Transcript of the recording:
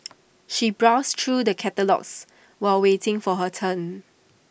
she browsed through the catalogues while waiting for her turn